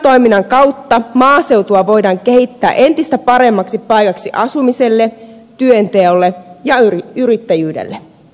kylätoiminnan kautta maaseutua voidaan kehittää entistä paremmaksi paikaksi asumiselle työnteolle ja yrittäjyydelle